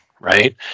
right